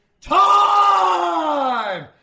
time